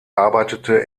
arbeitete